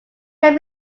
can